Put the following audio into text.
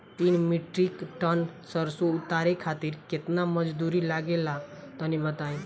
तीन metric ton सरसो उतारे खातिर केतना मजदूरी लगे ला तनि बताई?